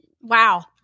wow